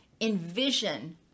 envision